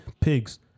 pigs